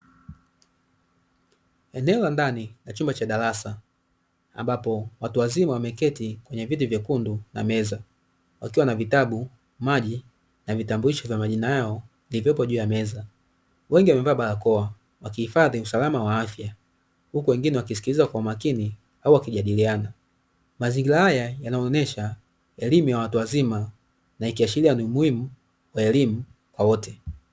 Eneo la ndani la chumba cha darasa, ambapo watu wazima wameketi kwenye viti vyekundu na meza; wakiwa na vitabu, maji na vitambulisho vya majina yao vilivyopo juu ya meza. Wengi wamevaa barakoa wakihifadhi usalama wa afya, huku wengine wakisikiliza kwa makini au wakijadiliana. Mazingira haya yanaonesha elimu ya watu wazima na ikiashiria ni muhimu wa elimu kwa wote.